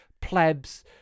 plebs